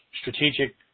strategic